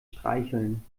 streicheln